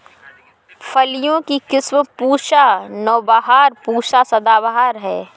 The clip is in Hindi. फलियों की किस्म पूसा नौबहार, पूसा सदाबहार है